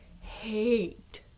hate